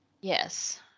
Yes